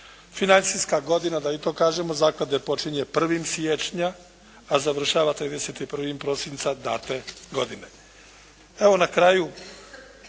Financijska godina da i to kažemo Zaklade počinje 1. siječnja a završava 31. prosinca date godine. Evo na kraju,